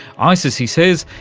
isis, he says,